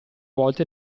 volte